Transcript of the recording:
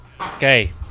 Okay